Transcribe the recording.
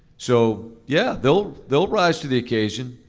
so yeah, they'll they'll rise to the occasion.